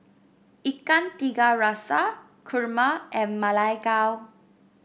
Ikan Tiga Rasa kurma and Ma Lai Gao